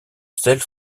selle